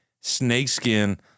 snakeskin